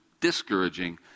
discouraging